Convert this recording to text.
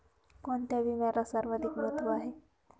कोणता विम्याला सर्वाधिक महत्व आहे?